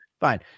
fine